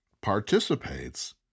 participates